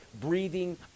breathing